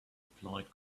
applied